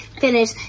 finish